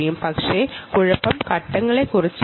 പക്ഷേ കുഴപ്പം സ്റ്റെപ്പുകളെക്കുറിച്ചല്ല